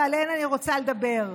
ועליהן אני רוצה לדבר.